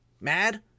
mad